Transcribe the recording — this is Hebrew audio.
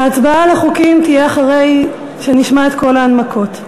ההצבעה על החוקים תהיה אחרי שנשמע את כל ההנמקות.